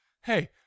hey